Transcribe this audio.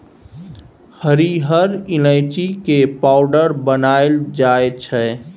हरिहर ईलाइची के पाउडर बनाएल जाइ छै